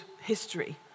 history